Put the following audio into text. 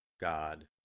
God